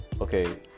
Okay